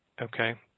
Okay